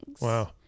Wow